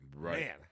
man